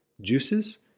juices